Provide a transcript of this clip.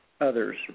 others